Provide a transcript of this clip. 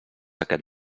aquest